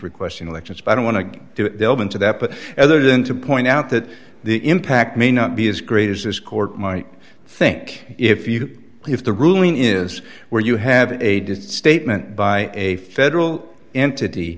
requesting elections by don't want to do it they'll buy into that but other than to point out that the impact may not be as great as this court might think if you if the ruling is where you have a did statement by a federal entity